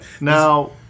Now